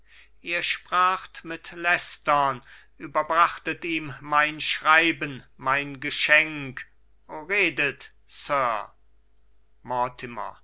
ihr spracht mit leicestern überbrachtet ihm mein schreiben mein geschenk o redet sir